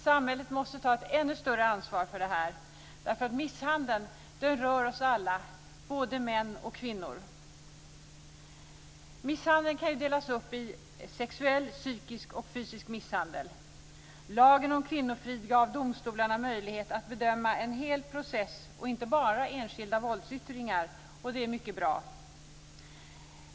Samhället måste ta ett ännu större ansvar för det här därför att misshandeln rör oss alla, både män och kvinnor. Misshandeln kan delas upp i sexuell, psykisk och fysisk misshandel. Lagen om kvinnofrid gav domstolarna möjlighet att bedöma en hel process, inte bara enskilda våldsyttringar, och det är mycket bra.